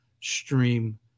stream